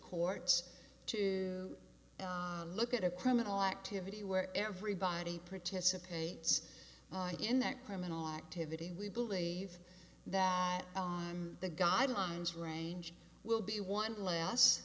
courts to look at a criminal activity where everybody participates in that criminal activity we believe that oh i'm the guidelines range will be one l